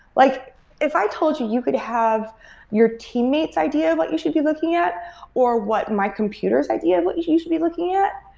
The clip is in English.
like if i told you you could have your teammate's idea of what you should be looking at or what my computer s idea of what you you should be looking at,